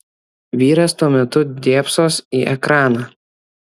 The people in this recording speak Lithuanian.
vyras tuo metu dėbsos į ekraną